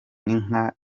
inka